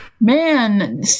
Man